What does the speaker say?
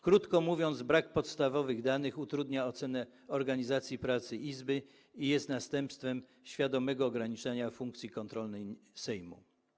Krótko mówiąc, brak podstawowych danych utrudnia ocenę organizacji pracy izby i jest następstwem świadomego ograniczania funkcji kontrolnej Sejmu.